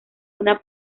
una